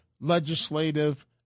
legislative